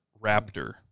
Raptor